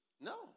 No